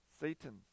Satan